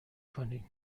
کنید